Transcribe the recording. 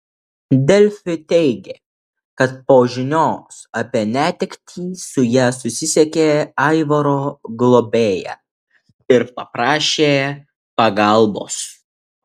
delfi teigė kad po žinios apie netektį su ja susisiekė aivaro globėja ir paprašė pagalbos